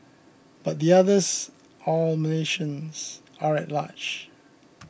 but the others all Malaysians are at large